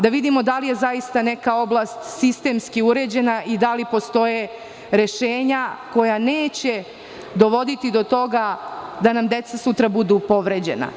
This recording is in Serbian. Da vidimo da li je zaista neka oblast sistemski uređena i da li postoje rešenja koja neće dovoditi do toga da nam deca sutra budu povređena.